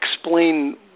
explain